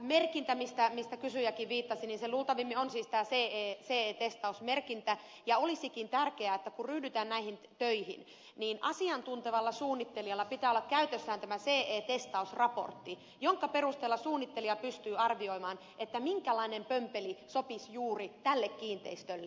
tämä merkintä mihin kysyjäkin viittasi luultavimmin on siis tämä ce testausmerkintä ja olisikin tärkeää että kun ryhdytään näihin töihin niin asiantuntevalla suunnittelijalla pitää olla käytössään tämä ce testausraportti jonka perusteella suunnittelija pystyy arvioimaan minkälainen pömpeli sopisi juuri tälle kiinteistölle